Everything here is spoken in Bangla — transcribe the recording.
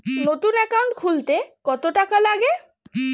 নতুন একাউন্ট খুলতে কত টাকা লাগে?